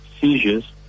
seizures